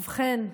ובכן,